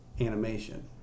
animation